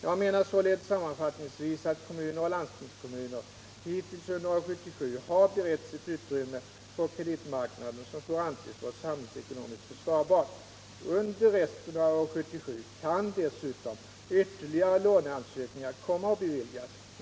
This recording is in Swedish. Jag menar således sammanfattningsvis att kommuner och landstingskommuner hittills under år 1977 har beretts ett utrymme på kreditmarknaden som får anses vara samhällsekonomiskt försvarbart. Under resten av år 1977 kan dessutom ytterligare låneansökningar komma att beviljas.